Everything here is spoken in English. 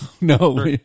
no